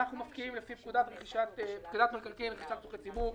אנחנו מפקיעים לפי פקודת המקרקעין (רכישה לצרכי ציבור).